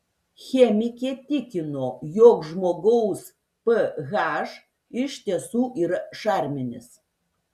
chemikė tikino jog žmogaus ph iš tiesų yra šarminis